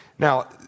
Now